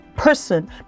person